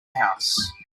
house